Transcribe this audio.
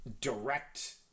direct